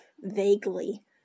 vaguely